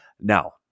Now